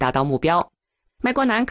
that i will be out my going on